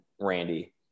Randy